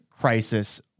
crisis